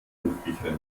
hochgekrempelt